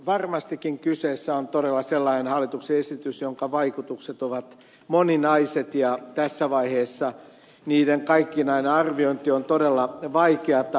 varmastikin kyseessä on todella sellainen hallituksen esitys jonka vaikutukset ovat moninaiset ja tässä vaiheessa niiden kaikkinainen arviointi on todella vaikeata